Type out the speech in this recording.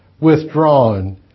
withdrawn